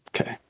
Okay